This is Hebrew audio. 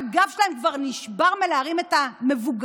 שהגב שלהן כבר נשבר מלהרים את המבוגרים,